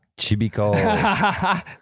Chibico